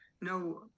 No